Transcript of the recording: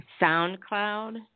SoundCloud